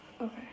Okay